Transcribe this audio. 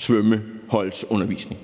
svømmeholdsundervisning.